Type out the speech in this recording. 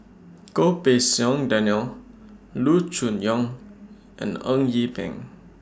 Goh Pei Siong Daniel Loo Choon Yong and Eng Yee Peng